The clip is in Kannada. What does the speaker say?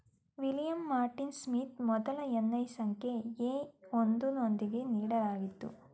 ವಿಲಿಯಂ ಮಾರ್ಟಿನ್ ಸ್ಮಿತ್ ಮೊದ್ಲ ಎನ್.ಐ ಸಂಖ್ಯೆ ಎ ಒಂದು ನೊಂದಿಗೆ ನೀಡಲಾಗಿತ್ತು